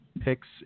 picks